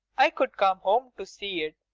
i could come home to see it.